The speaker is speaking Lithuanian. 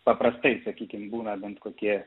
paprastai sakykim būna bent kokie